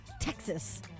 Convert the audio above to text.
Texas